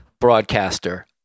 broadcaster